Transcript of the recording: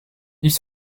ils